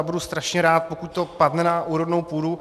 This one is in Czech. Budu strašně rád, pokud to padne na úrodnou půdu.